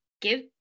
give